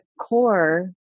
core